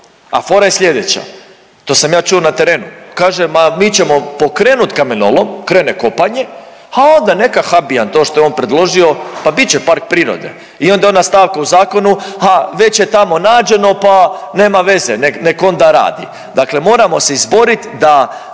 a fora je sljedeća, to sam ja čuo na terenu, kaže, ma mi ćemo pokrenuti kamenolom, krene kopanje, a onda neka Habijan, to što je on predložio, pa bih će park prirode, i onda ona stavka u zakonu, ha, već je tamo nađeno pa nema veze, nek onda radi. Dakle moramo se izboriti da